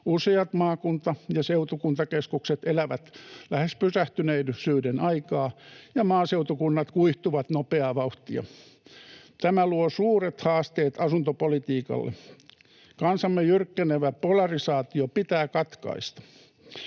useat maakunta- ja seutukuntakeskukset elävät lähes pysähtyneisyyden aikaa, ja maaseutukunnat kuihtuvat nopeaa vauhtia. Tämä luo suuret haasteet asuntopolitiikalle. Kansamme jyrkkenevä polarisaatio pitää katkaista.